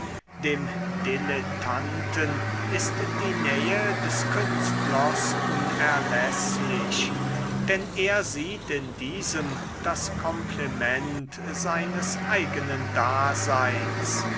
dem dilettanten ist die nähe des künstlers unerläßlich denn er sieht in diesem das komplement seines eigenen daseins